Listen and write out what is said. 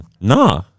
nah